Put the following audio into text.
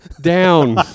down